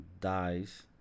Dies